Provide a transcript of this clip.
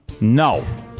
No